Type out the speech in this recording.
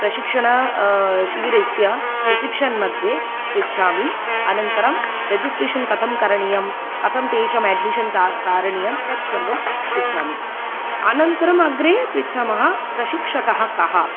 प्रशिक्षण शिबिरस्य प्रशिक्षणमध्ये पृच्छामि अनन्तरं रेजिस्ट्रेशन् कथं करणीयं कथं तेषाम् एड्मिशन् करणीयं तत्सर्वं पृच्छामि अनन्तरम् अग्रे पृच्छामः प्रशिक्षकः कः